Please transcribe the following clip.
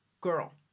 girl